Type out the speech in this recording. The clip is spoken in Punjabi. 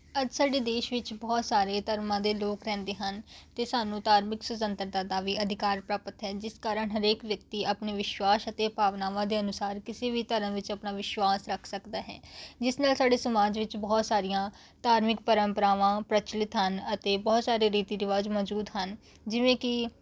ਅੱਜ ਸਾਡੇ ਦੇਸ਼ ਵਿੱਚ ਬਹੁਤ ਸਾਰੇ ਧਰਮਾਂ ਦੇ ਲੋਕ ਰਹਿੰਦੇ ਹਨ ਅਤੇ ਸਾਨੂੰ ਧਾਰਮਿਕ ਸੁਤੰਤਰਤਾ ਦਾ ਵੀ ਅਧਿਕਾਰ ਪ੍ਰਾਪਤ ਹੈ ਜਿਸ ਕਾਰਨ ਹਰੇਕ ਵਿਅਕਤੀ ਆਪਣੇ ਵਿਸ਼ਵਾਸ ਅਤੇ ਭਾਵਨਾਵਾਂ ਦੇ ਅਨੁਸਾਰ ਕਿਸੇ ਵੀ ਧਰਮ ਵਿੱਚ ਆਪਣਾ ਵਿਸ਼ਵਾਸ ਰੱਖ ਸਕਦਾ ਹੈ ਜਿਸ ਨਾਲ ਸਾਡੇ ਸਮਾਜ ਵਿੱਚ ਬਹੁਤ ਸਾਰੀਆਂ ਧਾਰਮਿਕ ਪਰੰਪਰਾਵਾਂ ਪ੍ਰਚਲਿਤ ਹਨ ਅਤੇ ਬਹੁਤ ਸਾਰੇ ਰੀਤੀ ਰਿਵਾਜ ਮੌਜੂਦ ਹਨ ਜਿਵੇਂ ਕਿ